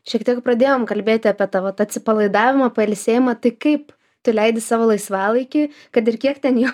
šiek tiek pradėjom kalbėti apie tavo tą atsipalaidavimą pailsėjimą tai kaip tu leidi savo laisvalaikį kad ir kiek ten jo